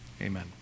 Amen